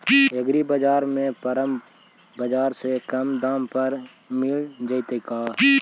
एग्रीबाजार में परमप बाजार से कम दाम पर मिल जैतै का?